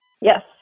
Yes